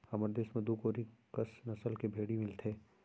हमर देस म दू कोरी कस नसल के भेड़ी मिलथें